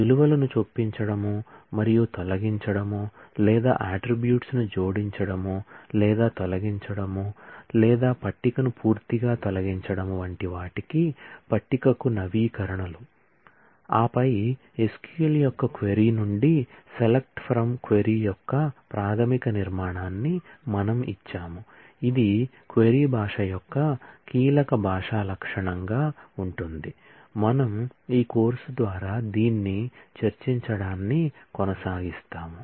విలువలను చొప్పించడం మరియు తొలగించడం లేదా అట్ట్రిబ్యూట్స్ ను జోడించడం లేదా తొలగించడం లేదా పట్టికను పూర్తిగా తొలగించడం వంటి వాటికి పట్టికకు నవీకరణలు ఆపై SQL యొక్క క్వరీ నుండి సెలెక్ట్ ఫ్రమ్ వేర్ క్వరీ యొక్క ప్రాథమిక నిర్మాణాన్ని మనం ఇచ్చాము ఇది క్వరీ లాంగ్వేజ్ యొక్క కీలక భాషా లక్షణంగా ఉంటుంది మనం ఈ కోర్సు ద్వారా దీన్ని చర్చించడాన్ని కొనసాగిస్తాము